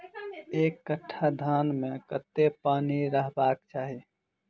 एक कट्ठा धान मे कत्ते पानि रहबाक चाहि?